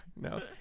no